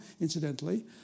incidentally